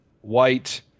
white